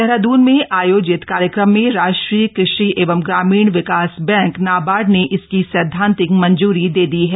देहरादून में आयोजित कार्यक्रम में राष्ट्रीय कृषि एवं ग्रामीण विकास बैंक नाबार्ड ने इसकी सैद्धांतिक मंजूरी दे दी है